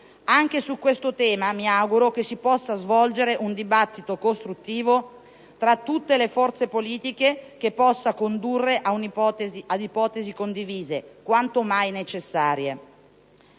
Anche su questo tema, mi auguro che si possa svolgere un dibattito costruttivo tra tutte le forze politiche, che possa condurre ad ipotesi condivise, quanto mai necessarie.